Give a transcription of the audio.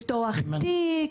לפתוח תיק,